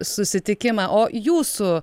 susitikimą o jūsų